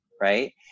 right